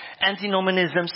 antinomianism